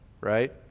right